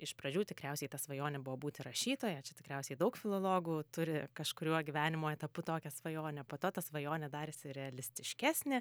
iš pradžių tikriausiai ta svajonė buvo būti rašytoja čia tikriausiai daug filologų turi kažkuriuo gyvenimo etapu tokią svajonę po to tą svajonė darėsi realistiškesnė